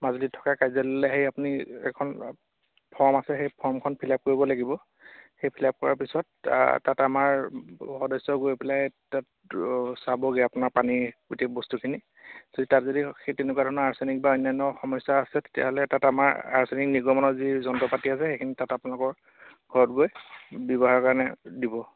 মাজুলীত থকা কাৰ্যালয়লে আপুনি এখন ফৰ্ম আছে সেই ফৰ্মখন ফিল আপ কৰিব লাগিব সেই ফিল আপ কৰাৰ পিছত তাত আমাৰ সদস্য গৈ পেলাই তাত চাবগে আপোনাৰ পানীৰ গোটেই বস্তুখিনি যদি তাত যদি সেই তেনেকুৱা ধৰণৰ আৰ্চেনিক বা অন্যান্য সমস্যা আছে তেতিয়াহ'লে তাত আমাৰ আৰ্চেনিক নিগমনৰ যি যন্ত্ৰ পাতি আছে সেইখিনি তাত আপোনালোকৰ ঘৰত গৈ ব্যৱহাৰৰ কাৰণে দিব